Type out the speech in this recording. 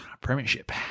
premiership